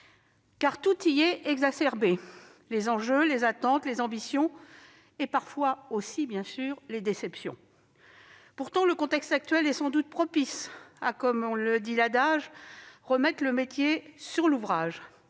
car tout est exacerbé : les enjeux, les attentes, les ambitions et parfois, aussi, bien sûr, les déceptions. Pourtant, le contexte actuel est sans doute propice, comme le dit l'adage, à remettre le métier sur l'ouvrage.